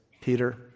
Peter